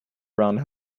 round